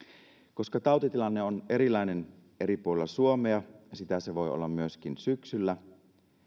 koska tautitilanne on erilainen eri puolilla suomea ja sitä se voi olla myöskin syksyllä